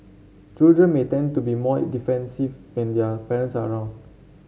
children may tend to be more defensive when their parents are around